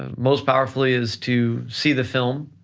ah most powerfully is to see the film,